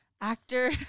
Actor